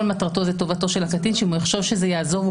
מטרתו היא טובתו של הקטין ואם הוא יחשוב שזה יעזור לו,